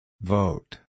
Vote